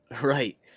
right